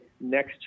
next